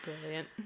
Brilliant